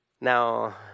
Now